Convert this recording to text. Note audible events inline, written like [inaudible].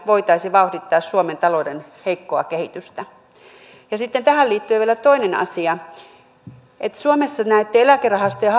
voitaisi vauhdittaa suomen talouden heikkoa kehitystä ja sitten tähän liittyen vielä toinen asia suomessa näitten eläkerahastojen [unintelligible]